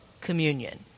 communion